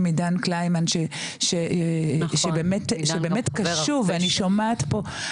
עידן קלימן שבאמת קשוב ואני שומעת פה,